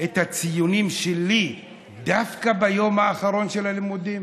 את הציונים שלי דווקא ביום האחרון של הלימודים?